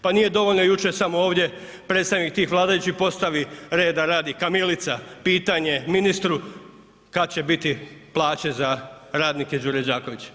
Pa nije dovoljno jučer samo ovdje predstavnik tih vladajućih postavi reda radi kamilica pitanje ministru kada će biti plaće za radnike Đure Đaković.